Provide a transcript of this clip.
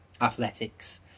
athletics